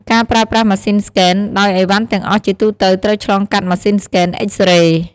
ការប្រើប្រាស់ម៉ាស៊ីនស្កេន ដោយឥវ៉ាន់ទាំងអស់ជាទូទៅត្រូវឆ្លងកាត់ម៉ាស៊ីនស្កេន X-ray។